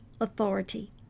authority